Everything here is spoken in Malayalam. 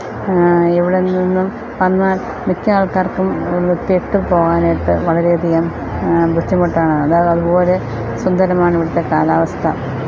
ഇവിടെ നിന്നും വന്നാൽ മിക്ക ആൾക്കാർക്കും വിട്ടു പോവാനായിട്ട് വളരെയധികം ബുദ്ധിമുട്ടാണ് അതുപോലെ സുന്ദരമാണ് ഇവിടുത്തെ കാലാവസ്ഥ